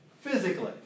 Physically